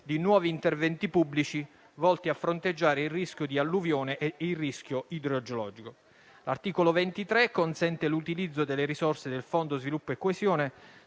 di nuovi interventi pubblici volti a fronteggiare il rischio di alluvione e il rischio idrogeologico. L'articolo 23 consente l'utilizzo delle risorse del Fondo sviluppo e coesione